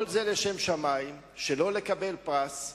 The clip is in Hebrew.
כל זה לשם שמים, שלא לקבל פרס.